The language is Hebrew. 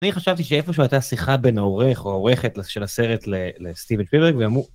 אני חשבתי שאיפשהו הייתה שיחה בין העורך או העורכת של הסרט לסטיבל פיברג וגם הוא.